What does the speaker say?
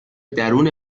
درون